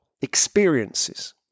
experiences